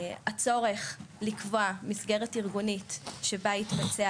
הצורך לקבוע מסגרת ארגונית שבה יתבצע